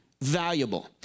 valuable